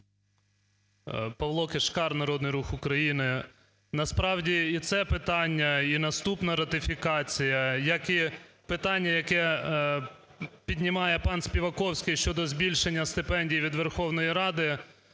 Павло Кишкар, Народний рух України. Насправді, і це питання, і наступна ратифікація, як і питання, яке піднімає пан Співаковський щодо збільшення стипендій від Верховної Ради